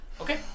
Okay